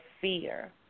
fear